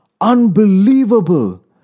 Unbelievable